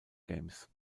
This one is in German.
games